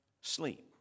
sleep